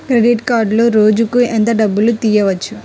Credit కార్డులో రోజుకు ఎంత డబ్బులు తీయవచ్చు?